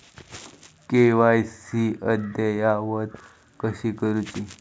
KYC अद्ययावत कशी करुची?